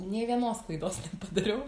nė vienos klaidos nepadariau